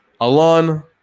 Alon